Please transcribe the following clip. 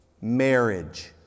Marriage